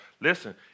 Listen